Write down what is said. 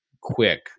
quick